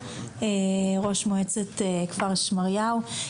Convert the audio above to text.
ראש מועצת כפר שמריהו.